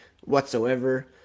whatsoever